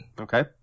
Okay